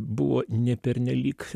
buvo ne pernelyg